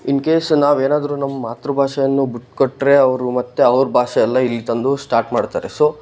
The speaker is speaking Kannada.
ಇನ್ಕೇಸ್ ನಾವು ಏನಾದರೂ ನಮ್ಮ ಮಾತೃಭಾಷೆಯನ್ನು ಬಿಟ್ಕೊಟ್ರೆ ಅವರು ಮತ್ತು ಅವರ ಭಾಷೆಯೆಲ್ಲ ಇಲ್ಲಿ ತಂದು ಸ್ಟಾರ್ಟ್ ಮಾಡ್ತಾರೆ ಸೊ